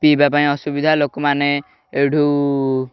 ପିଇବା ପାଇଁ ଅସୁବିଧା ଲୋକମାନେ ଏଇଠୁ